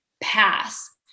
pass